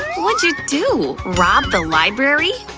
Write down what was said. what'd you do, rob the library?